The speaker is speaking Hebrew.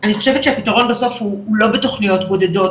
אני חושבת שהפתרון בסוף הוא לא בתוכניות בודדות,